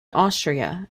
austria